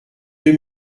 deux